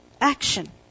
Action